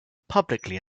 publicly